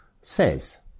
says